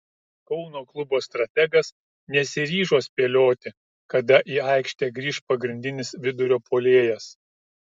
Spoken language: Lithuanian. kauno klubo strategas nesiryžo spėlioti kada į aikštę grįš pagrindinis vidurio puolėjas